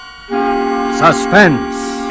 Suspense